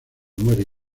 mueren